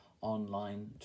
online